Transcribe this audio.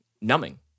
numbing